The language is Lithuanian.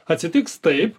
atsitiks taip